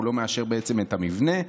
הוא לא מאשר בעצם את המבנה.